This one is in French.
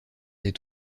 des